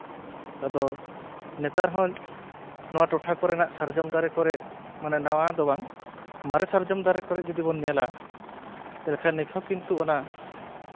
ᱟᱫᱚ ᱱᱮᱛᱟᱨ ᱦᱚᱸ ᱱᱚᱣᱟ ᱴᱚᱴᱷᱟ ᱠᱚᱨᱮᱱᱟᱜ ᱥᱟᱨᱡᱚᱢ ᱫᱟᱨᱮ ᱠᱚᱨᱮᱫ ᱢᱟᱱᱮ ᱱᱟᱣᱟ ᱫᱚ ᱵᱟᱝ ᱢᱟᱨᱮ ᱥᱟᱨᱡᱚᱢ ᱫᱟᱨᱮ ᱠᱚᱨᱮᱫ ᱡᱩᱫᱤ ᱵᱚᱱ ᱧᱮᱞᱟ ᱛᱟᱦᱚᱞᱮ ᱠᱷᱟᱱ ᱱᱤᱛᱦᱚᱸ ᱠᱤᱱᱛᱩ ᱚᱱᱟ